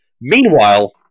Meanwhile